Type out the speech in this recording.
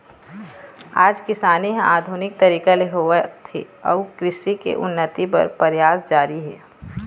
आज किसानी ह आधुनिक तरीका ले होवत हे अउ कृषि के उन्नति बर परयास जारी हे